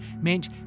meant